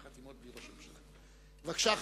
תירוש, בבקשה.